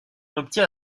obtient